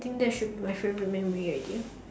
I think should be my favourite memory already